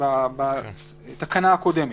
בתקנה הקודמת.